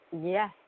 Yes